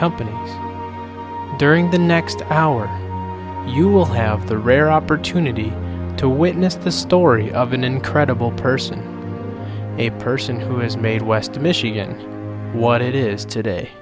company during the next hour you will have the rare opportunity to witness the story of an incredible person a person who has made west michigan what it is today